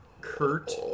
Kurt